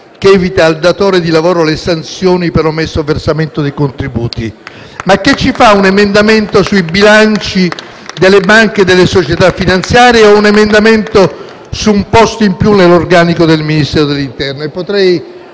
che evita al datore di lavoro le sanzioni per omesso versamento dei contributi? *(Applausi dal Gruppo PD)*. Che ci fa un emendamento sui bilanci delle banche e delle società finanziarie? Oppure l'emendamento su un posto in più nell'organico del Ministero dell'interno?